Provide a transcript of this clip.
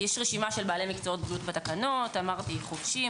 יש רשימת בעלי מקצועות בריאות בתקנות חובשים,